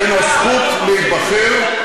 בין הזכות להיבחר,